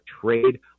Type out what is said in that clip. trade